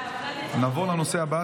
נעבור לנושא הבא,